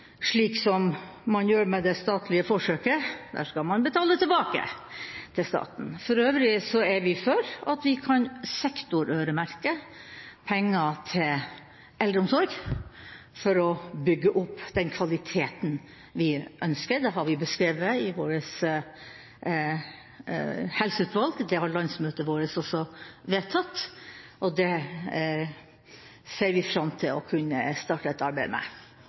slik man gjør med det statlige forsøket – da skal man betale tilbake til staten. For øvrig er vi for å sektorøremerke penger til eldreomsorg for å bygge opp den kvaliteten vi ønsker. Det er beskrevet av vårt helseutvalg, det har landsmøtet vårt også vedtatt, og det ser vi fram til å kunne starte et arbeid med.